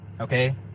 Okay